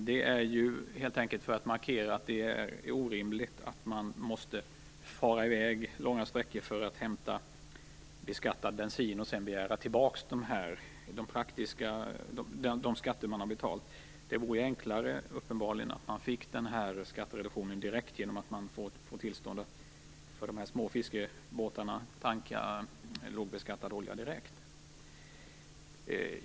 Det har vi gjort helt enkelt för att markera att det är orimligt att man måste fara i väg långa sträckor för att hämta beskattad bensin och sedan begära tillbaka de skatter man har betalt. Det vore uppenbarligen enklare att man fick skattereduktionen direkt genom att man får tillstånd för de små fiskebåtarna att tanka lågbeskattad olja direkt.